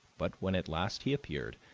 but when at last he appeared,